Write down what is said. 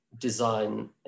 design